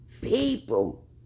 people